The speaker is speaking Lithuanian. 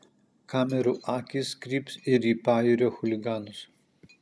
kamerų akys kryps ir į pajūrio chuliganus